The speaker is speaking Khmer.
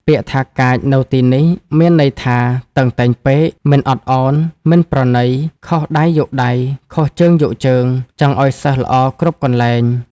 ពាក្យថា កាច នៅទីនេះ មានន័យថា តឹងតែងពេក មិនអត់ឱន មិនប្រណី ខុសដៃយកដៃ ខុសជើងយកជើង ចង់ឲ្យសិស្សល្អគ្រប់កន្លែង។